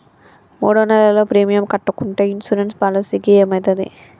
మూడు నెలలు ప్రీమియం కట్టకుంటే ఇన్సూరెన్స్ పాలసీకి ఏమైతది?